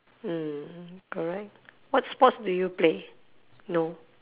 mm correct what sports do you play no